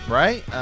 right